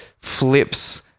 flips –